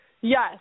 Yes